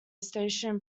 station